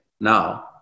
now